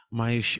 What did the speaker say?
mas